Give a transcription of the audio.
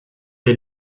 les